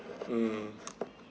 mm